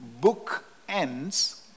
bookends